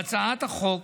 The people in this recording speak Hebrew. בהצעת החוק